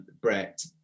Brett